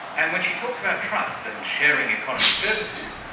and when she talks about trust and sharing economy services,